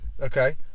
Okay